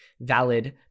valid